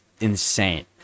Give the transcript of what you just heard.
insane